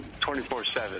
24-7